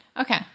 Okay